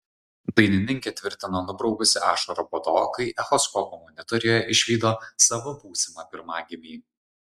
dainininkė tvirtino nubraukusi ašarą po to kai echoskopo monitoriuje išvydo savo būsimą pirmagimį